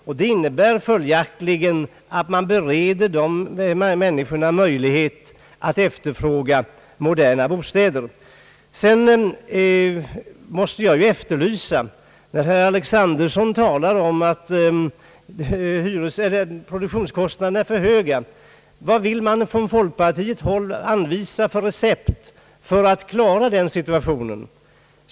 Detta innebär följaktligen att dessa människor bereds möjlighet att efterfråga moderna bostäder. Herr Alexanderson talade om att produktionskostnaderna är för höga. Vad vill då folkpartiet anvisa för recept för att klara den situationen?